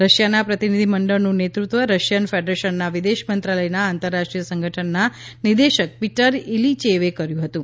રશિયાના પ્રતિનિધિમંડળનું નેતૃત્વ રશિયન ફેડરેશનના વિદેશ મંત્રાલયના આંતરરાષ્ટ્રીય સંગઠનના નિદેશક પીટર ઇલીચેવે કર્યુ હતું